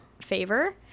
favor